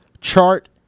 chart